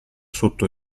sotto